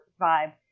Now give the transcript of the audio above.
vibe